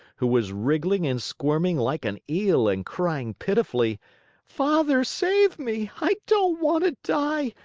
who was wriggling and squirming like an eel and crying pitifully father, save me! i don't want to die!